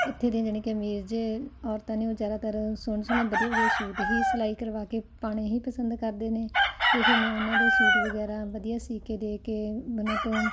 ਇੱਥੇ ਦੀਆਂ ਯਾਨੀ ਕਿ ਅਮੀਰ ਜੇ ਔਰਤਾਂ ਨੇ ਉਹ ਜ਼ਿਆਦਾਤਰ ਸੋਹਣੇ ਸੋਹਣੇ ਵਧੀਆ ਵਧੀਆ ਸੂਟ ਹੀ ਸਿਲਾਈ ਕਰਵਾ ਕੇ ਪਾਉਣੇ ਹੀ ਪਸੰਦ ਕਰਦੇ ਨੇ ਅਤੇ ਫਿਰ ਮੈਂ ਉਹਨਾਂ ਦੇ ਸੂਟ ਵਗੈਰਾ ਵਧੀਆ ਸਿਊ ਕੇ ਦੇ ਕੇ ਉਹਨਾਂ ਤੋਂ